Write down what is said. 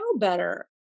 better